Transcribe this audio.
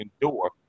endure